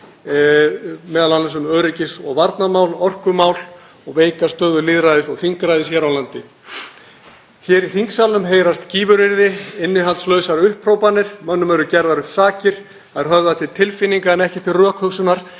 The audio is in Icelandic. m.a. í öryggis- og varnarmálum, orkumálum og veikri stöðu lýðræðis og þingræðis hér á landi. Hér í þingsalnum heyrast gífuryrði og innihaldslausar upphrópanir. Mönnum eru gerðar upp sakir, það er höfðað til tilfinninga en ekki til rökhugsunar.